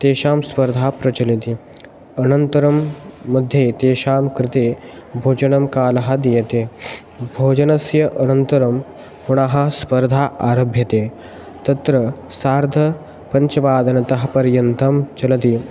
तेषां स्पर्धा प्रचलति अनन्तरं मध्ये तेषां कृते भोजनं कालः दीयते भोजनस्य अनन्तरं पुनः स्पर्धा आरभ्यते तत्र सार्धपञ्चवादनतः पर्यन्तं चलति